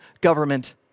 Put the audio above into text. government